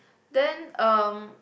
then um